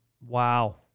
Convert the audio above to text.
Wow